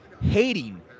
hating